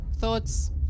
Thoughts